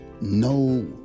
no